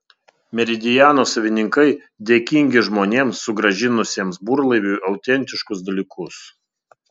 meridiano savininkai dėkingi žmonėms sugrąžinusiems burlaiviui autentiškus dalykus